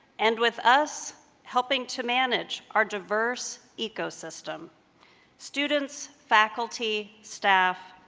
and with us helping to manage our diverse ecosystem students, faculty, staff.